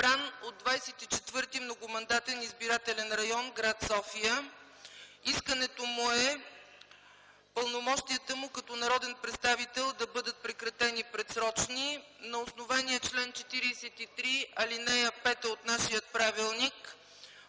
избран от 24.многомандатен избирателен район гр. София. Искането му е пълномощията му като народен представител да бъдат прекратени предсрочно. На основание чл. 43, ал. 5 от нашия правилник